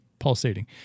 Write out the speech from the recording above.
Pulsating